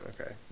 okay